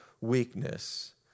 weakness